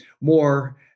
more